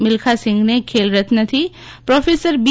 મિલ્ખા સિંઘને ખેલરત્નથી પ્રોફેસર બી